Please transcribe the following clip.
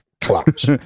collapse